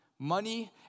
Money